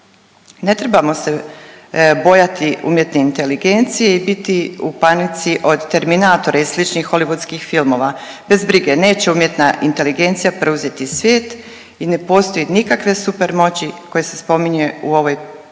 Ne trebamo se bojati umjetne inteligencije i biti u panici od terminatora i sličnih holivudskih filmova. Bez brige, neće umjetna inteligencija preuzeti svijet i ne postoji nikakve super moći koji se spominje o ovoj prijedlogu